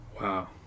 Wow